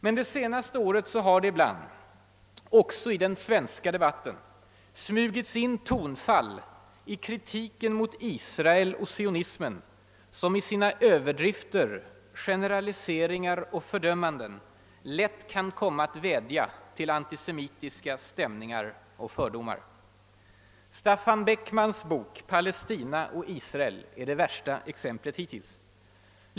Men det senaste året har ibland, också i den svenska debatten, smugits in tonfall i kritiken mot Israel och sionismen som i sina överdrifter, generaliseringar och fördömanden lätt kan komma att vädja till antisemitiska stämningar och fördomar. Staffan Beckmans bok »Palestina och Israel» är det värsta exemplet hittills.